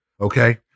Okay